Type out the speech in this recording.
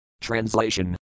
Translation